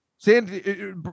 Sandy